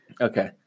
Okay